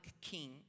king